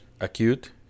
Acute